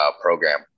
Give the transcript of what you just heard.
program